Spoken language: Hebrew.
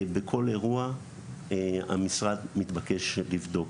בכל אירוע המשרד מתבקש לבדוק.